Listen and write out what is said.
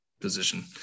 position